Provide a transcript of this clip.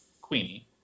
Queenie